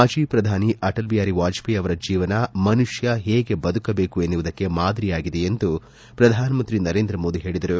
ಮಾಜಿ ಪ್ರಧಾನಿ ಅಟಲ್ ಬಿಹಾರಿ ವಾಜಪೇಯಿ ಅವರ ಜೀವನ ಮನುಷ್ಕ ಹೇಗೆ ಬದುಕಬೇಕು ಎನ್ನುವುದಕ್ಕೆ ಮಾದರಿಯಾಗಿದೆ ಎಂದು ಪ್ರಧಾನಮಂತ್ರಿ ನರೇಂದ್ರ ಮೋದಿ ಹೇಳಿದರು